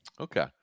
Okay